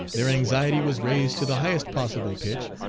their anxiety was raised to the highest possible pitch,